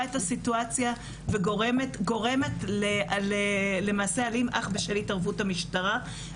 את הסיטואציה וגורמת למעשה אלים אך בשל התערבות המשטרה.